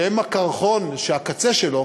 שהם הקרחון שהקצה שלו,